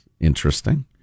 interesting